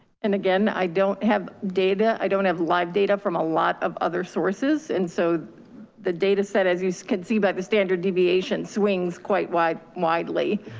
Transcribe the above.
and again, i don't have data, i don't have live data from a lot of other sources. and so the data set, as you can see by the standard deviation swings quite widely.